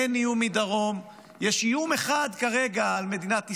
אין איום מדרום, יש איום אחד כרגע על מדינת ישראל,